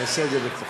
אני אעשה את זה בפחות.